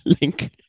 link